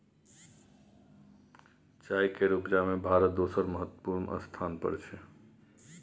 चाय केर उपजा में भारत दोसर महत्वपूर्ण स्थान पर छै